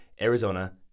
Arizona